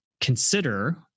consider